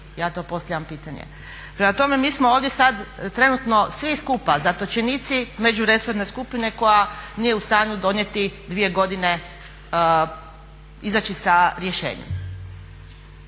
ja to postavljam pitanje. Prema tome, mi smo ovdje sad trenutno svi skupa zatočenici među resorne skupine koja nije u stanju donijeti dvije godine izaći sa rješenjem.